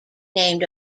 named